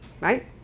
right